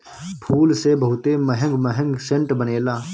फूल से बहुते महंग महंग सेंट बनेला